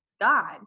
God